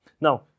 Now